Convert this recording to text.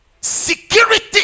security